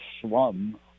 slum